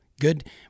Good